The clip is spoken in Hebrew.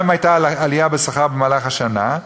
גם אם הייתה עלייה בשכר במהלך השנה.